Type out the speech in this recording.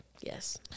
Yes